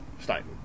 statement